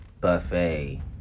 buffet